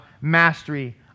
mastery